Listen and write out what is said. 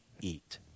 eat